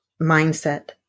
mindset